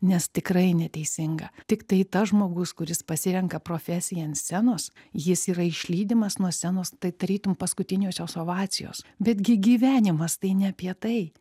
nes tikrai neteisinga tiktai tas žmogus kuris pasirenka profesiją ant scenos jis yra išlydimas nuo scenos tai tarytum paskutiniosios ovacijos bet gi gyvenimas tai ne apie tai